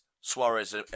Suarez